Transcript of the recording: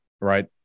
right